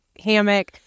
hammock